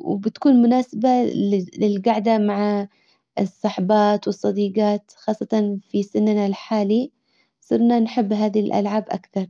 وبتكون مناسبة للجعدة مع الصاحبات والصديجات خاصة في سننا الحالي صرنا نحب هذي الالعاب اكثر.